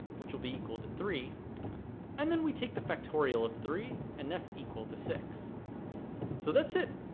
which will be equal to three and then we take the factorial of three and that's equal to six so that's it.